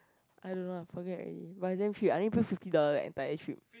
I don't know ah forget already but is damn cheap I only pay fifty dollar the entire trip